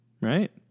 Right